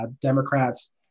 democrats